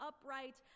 upright